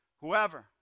Whoever